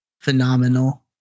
phenomenal